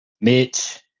Mitch